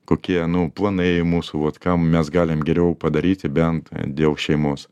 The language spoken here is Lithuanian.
kokie nu planai mūsų vot ką mes galim geriau padaryti bent dėl šeimos